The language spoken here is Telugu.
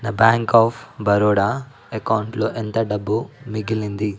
నా బ్యాంక్ ఆఫ్ బరోడా అకౌంటులో ఎంత డబ్బు మిగిలింది